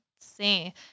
see